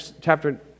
chapter